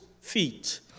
feet